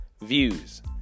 Views